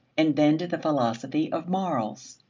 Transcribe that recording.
and then to the philosophy of morals.